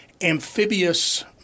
amphibious